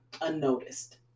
unnoticed